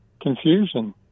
confusion